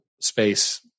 space